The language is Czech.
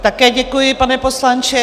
Také děkuji, pane poslanče.